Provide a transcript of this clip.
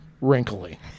wrinkly